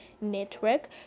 network